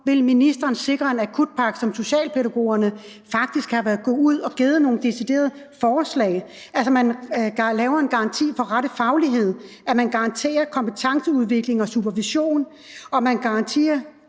om ministeren vil sikre en akutpakke, som socialpædagogerne faktisk er gået ud og har givet nogle deciderede forslag til: at man laver en garanti for rette faglighed, at man garanterer kompetenceudvikling og supervision, og at man laver